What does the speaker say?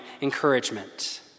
encouragement